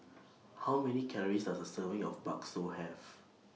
How Many Calories Does A Serving of Bakso Have